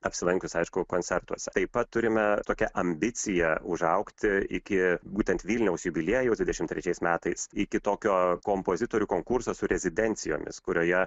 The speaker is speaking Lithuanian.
apsilankius aišku koncertuose taip pat turime tokią ambiciją užaugti iki būtent vilniaus jubiliejaus dvidešim trečiais metais iki tokio kompozitorių konkursas su rezidencijomis kurioje